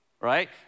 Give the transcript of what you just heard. right